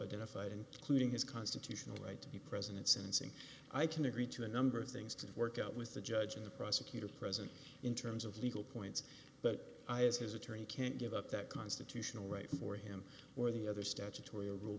identified and clued in his constitutional right to be present at sentencing i can agree to a number of things to work out with the judge and the prosecutor present in terms of legal points but i as his attorney can't give up that constitutional right for him or the other statutory or rule